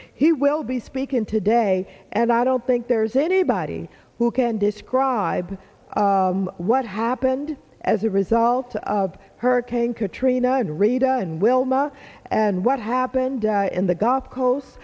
he will be speaking today and i don't think there's anybody who can describe what happened as a result of hurricane katrina and rita and wilma and what happened in the gulf coast